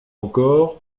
encore